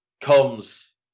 Comes